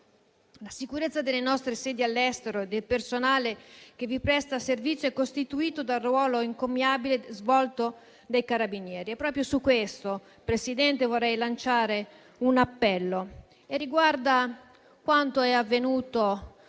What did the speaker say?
La sicurezza delle nostre sedi all'estero e del personale che vi presta servizio è garantita dal ruolo encomiabile svolto dai Carabinieri. Proprio su questo, Presidente, vorrei lanciare un appello, che riguarda quanto è avvenuto